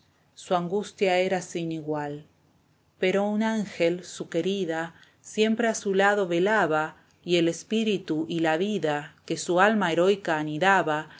su angustia era sin igual pero un ángel su querida siempre a su lado velaba y el espíritu y la vida que su alma heroica anidaba